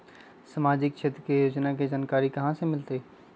सामाजिक क्षेत्र के योजना के जानकारी कहाँ से मिलतै?